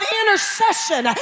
intercession